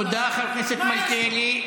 תודה, חבר הכנסת מלכיאלי.